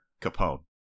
Capone